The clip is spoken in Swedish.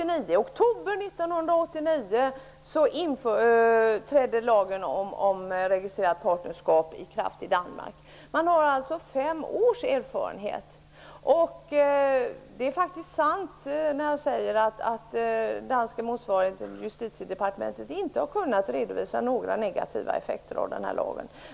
I oktober 1989 trädde lagen om registrerat partnerskap i kraft i Danmark. Man har där alltså fem års erfarenhet. Det är faktiskt sant att den danska motsvarigheten till Justitiedepartementet inte har kunnat redovisa några negativa effekter av lagen.